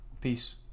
Peace